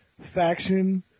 faction